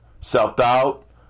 self-doubt